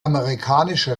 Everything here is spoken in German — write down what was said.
amerikanische